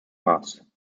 mass